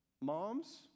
Moms